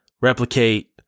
replicate